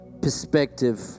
perspective